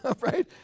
right